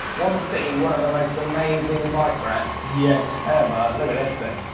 wanna see one of the most amazing bike racks. yes. ever? look at this thing.